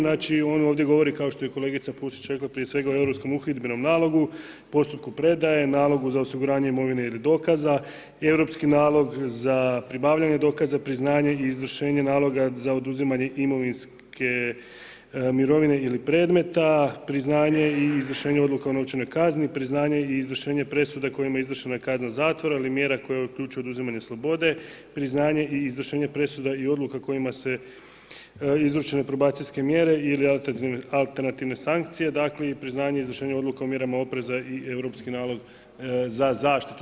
Znači, on ovdje govori, kao što je kolegica Pusić rekla, prije svega o europskom uhidbenom nalogu, postupku predaje, nalogu za osiguranje imovine ili dokaza, europski nalog za pribavljanje dokaza, priznanje i izvršenje naloga za oduzimanje imovinske mirovine ili predmeta, priznanje i izvršenje odluke o novčanoj kazni, priznanje i izvršenje presude kojima je izvršena kazna zatvora ili mjera koja uključuje oduzimanje slobode, priznanje i izvršenje presuda i odluka kojima se ... probacijske mjere ili alternativne sankcije, dakle i priznanje izvršenja odluka o mjerama opreza i europski nalog za zaštitu.